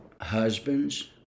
husbands